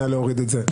נא להוריד את זה.